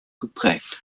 geprägt